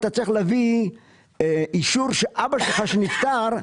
אתה צריך להביא אישור שאבא שלך שנפטר,